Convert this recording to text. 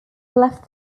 left